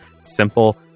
Simple